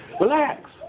Relax